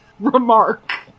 remark